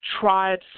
tried